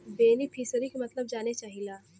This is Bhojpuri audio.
बेनिफिसरीक मतलब जाने चाहीला?